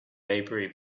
maybury